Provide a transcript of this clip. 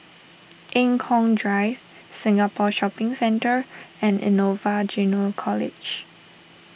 Eng Kong Drive Singapore Shopping Centre and Innova Junior College